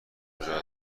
کجا